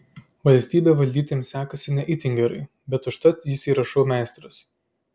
valstybę valdyti jam sekasi ne itin gerai bet užtat jis yra šou meistras